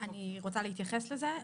אני רוצה להתייחס לזה,